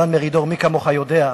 דן מרידור, מי כמוך יודע,